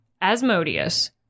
Asmodeus